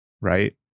right